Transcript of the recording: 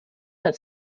that